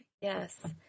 yes